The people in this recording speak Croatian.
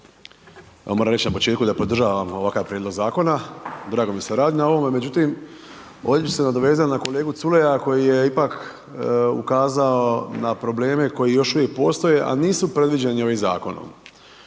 evo moram reć na početku da podržavam ovakav prijedlog zakona, drago mi je da se radi na ovome, međutim, ovdje bi se nadovezao na kolegu Culeja koji je ipak ukazao na probleme koji još uvijek postoje, a nisu predviđeni ovim zakonom.